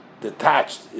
detached